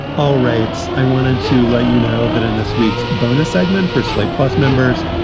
all right. i wanted to let you know that in this week's bonus segment for slate plus members,